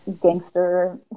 gangster